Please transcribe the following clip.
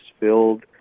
filled